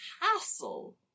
hassle